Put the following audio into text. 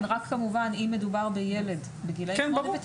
לא כתוב צלילה ספורטיבית עם רישיון או בלי רישיון.